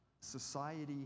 society